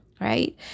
right